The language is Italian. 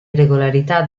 irregolarità